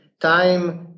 time